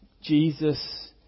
Jesus